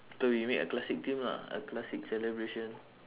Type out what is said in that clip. so we make a classic theme lah a classic celebration